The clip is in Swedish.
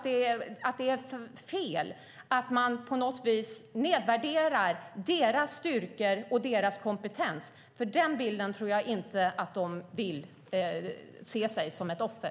Det är fel att nedvärdera deras styrka och kompetens. Jag tror inte att de vill se sig som offer.